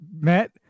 Matt